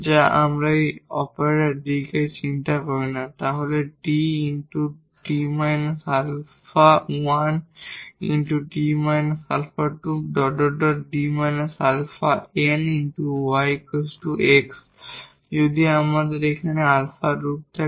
যদি আমরা এই অপারেটর D কে নিয়ে চিন্তা না করি তাহলে যদি আমাদের এখানে এই alpha root থাকে